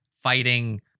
fighting